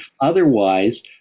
Otherwise